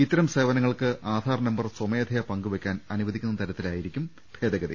ഇത്തരം സേവനങ്ങൾക്ക് ആധാർ നമ്പർ സ്വമേധയാ പങ്ക്വെക്കാൻ അനുവദിക്കുന്ന തരത്തിലായിരിക്കും ഭേദ ഗതി